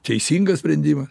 teisingas sprendimas